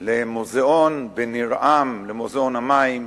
למוזיאון בניר-עם, למוזיאון המים,